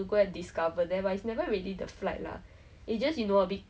is generally already it's really helping I guess